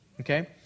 Okay